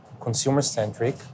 consumer-centric